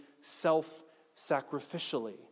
self-sacrificially